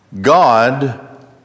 God